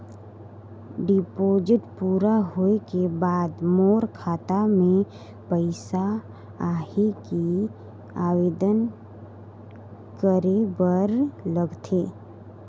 Deposit पूरा होय के बाद मोर खाता मे पइसा आही कि आवेदन करे बर लगथे?